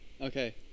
Okay